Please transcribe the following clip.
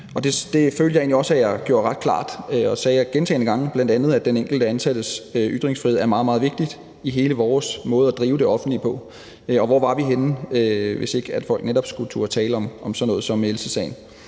Det følte jeg egentlig også jeg gjorde ret klart. Jeg sagde gentagne gange, bl.a. at den enkelte ansattes ytringsfrihed er meget, meget vigtig i hele vores måde at drive det offentlige på, og hvor var vi henne, hvis ikke folk netop skulle turde tale om sådan noget som Elsesagen?